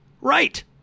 Right